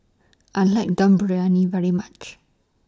I like Dum Briyani very much